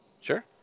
Sure